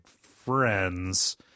friends